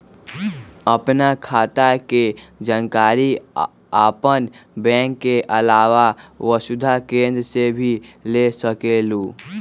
आपन खाता के जानकारी आपन बैंक के आलावा वसुधा केन्द्र से भी ले सकेलु?